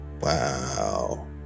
Wow